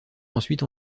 ensuite